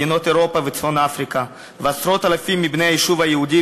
מדינות אירופה וצפון-אפריקה ועשרות אלפים מבני היישוב היהודי